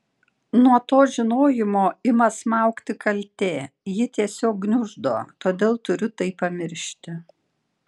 nuo to žinojimo ima smaugti kaltė ji tiesiog gniuždo todėl turiu tai pamiršti